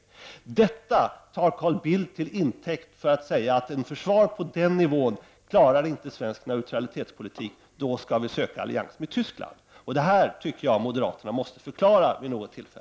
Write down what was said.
Detta tar Carl Bildt till intäkt för att säga att svensk neutralitetspolitik inte klarar ett försvar på den nivån. Då skall vi söka allians med Tyskland. Jag anser att moderaterna vid något tillfälle måste förklara det här.